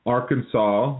Arkansas